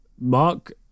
Mark